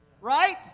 right